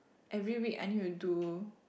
every week I need to do